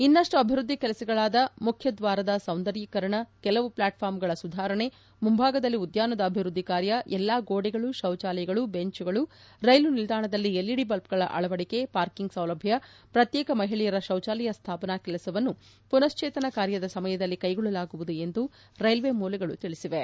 ಇನ್ನಪ್ಟು ಅಭಿವೃದ್ಧಿ ಕೆಲಸಗಳಾದ ಮುಖ್ಯದ್ವಾರದ ಸೌಂದರ್್ಯೀಕರಣ ಕೆಲವು ಪ್ಲಾಟ್ಫಾರಂಗಳ ಸುಧಾರಣೆ ಮುಂಭಾಗದಲ್ಲಿ ಉದ್ಯಾನದ ಅಭಿವೃದ್ಧಿ ಕಾರ್ಕ ಎಲ್ಲಾ ಗೋಡೆಗಳು ಶೌಚಾಲಯಗಳು ಬೆಂಚುಗಳು ರೈಲು ನಿಲ್ದಾಣದಲ್ಲಿ ಎಲ್ಇಡಿ ಬಲ್ಪೆಗಳ ಅಳವಡಿಕೆ ಪಾರ್ಕಿಂಗ್ ಸೌಲಭ್ಯ ಪ್ರತ್ಯೇಕ ಮಹಿಳೆಯರ ಶೌಚಾಲಯ ಸ್ಥಾಪನಾ ಕೆಲಸವನ್ನು ಪುನಶ್ಚೇತನಾ ಕಾರ್ಯದ ಸಮಯದಲ್ಲಿ ಕೈಗೊಳ್ಳಲಾಗುವುದು ಎಂದು ರೈಲ್ವೆ ಮೂಲಗಳು ತಿಳಿಸಿವೆ